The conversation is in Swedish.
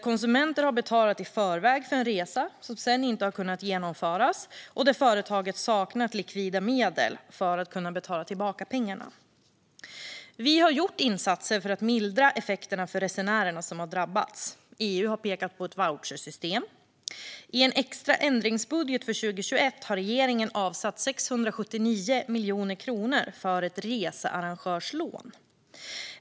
Konsumenter har betalat i förväg för en resa som sedan inte har kunnat genomföras, och företaget har saknat likvida medel för att kunna betala tillbaka pengarna. Vi har vidtagit insatser för att mildra effekterna för de resenärer som har drabbats. EU har pekat på ett vouchersystem. I en extra ändringsbudget för 2021 har regeringen avsatt 679 miljoner kronor för ett researrangörslån.